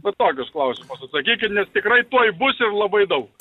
va tokius klausimus atsakykit nes tikrai tuoj bus ir labai daug